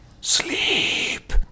Sleep